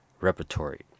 repertory